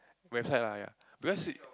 website lah ya because it's